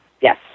Yes